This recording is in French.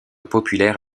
populaires